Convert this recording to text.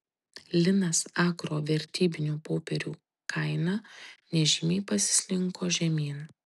linas agro vertybinių popierių kaina nežymiai pasislinko žemyn